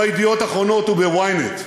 ב"ידיעות אחרונות" וב-ynet?